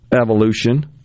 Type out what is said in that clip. evolution